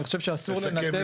אני חושב שאסור לנתק.